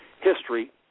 history